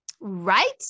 Right